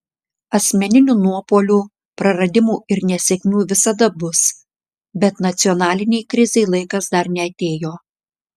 asmeninių nuopuolių praradimų ir nesėkmių visada bus bet nacionalinei krizei laikas dar neatėjo